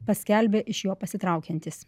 paskelbė iš jo pasitraukiantys